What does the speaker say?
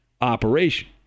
operation